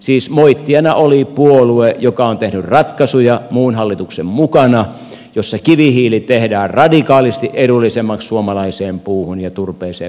siis moittijana oli puolue joka on tehnyt ratkaisuja muun hallituksen mukana jossa kivihiili tehdään radikaalisti edullisemmaksi suomalaiseen puuhun ja turpeeseen verrattuna